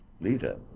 leader